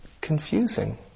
confusing